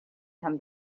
come